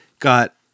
got